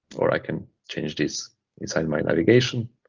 or i can change this inside my navigation.